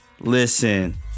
Listen